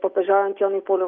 popiežiaujant jonui pauliau